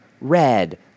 red